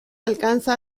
alcanza